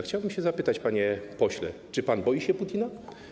Chciałbym zapytać, panie pośle: Czy pan boi się Putina?